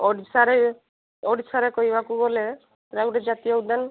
ଓଡ଼ିଶାରେ ଓଡ଼ିଶାରେ କହିବାକୁ ଗଲେ ସେଇଟା ଗୋଟେ ଜାତୀୟ ଉଦ୍ୟାନ